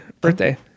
birthday